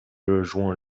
rejoint